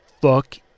fuck